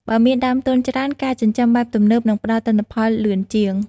បើមានដើមទុនច្រើន ការចិញ្ចឹមបែបទំនើបនឹងផ្ដល់ទិន្នផលលឿនជាង។